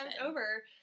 over